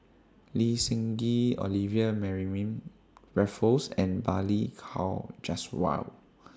Lee Seng Gee Olivia Mariamne Raffles and Balli Kaur Jaswal